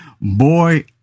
boy